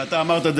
ואתה אמרת את זה,